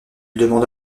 demande